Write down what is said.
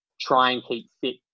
try-and-keep-fit